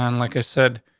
um like i said,